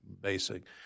basic